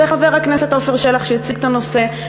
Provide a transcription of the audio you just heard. וחבר הכנסת עפר שלח שהציג את הנושא,